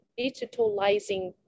digitalizing